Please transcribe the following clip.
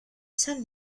san